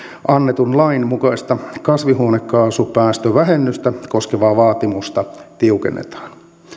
annetun lain mukaista kasvihuonekaasupäästövähennystä koskevaa vaatimusta tiukennetaan